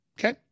Okay